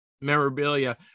memorabilia